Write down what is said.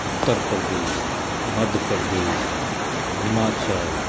Uttar Pradesh Madhya Pradesh Himachal